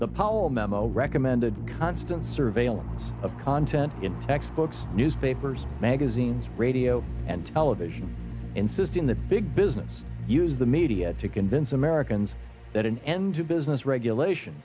the palmetto recommended constant surveillance of content in text books newspapers magazines radio and television insisting the big business use the media to convince americans that an end to business regulation